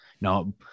No